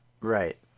Right